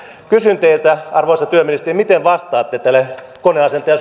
kysyn teiltä arvoisa työministeri miten vastaatte tälle koneasentaja